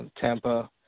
Tampa